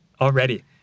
already